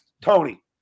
Tony